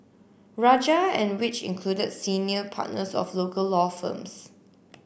Rajah and which included senior partners of local law firms